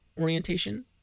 orientation